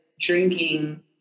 drinking